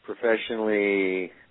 professionally